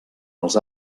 els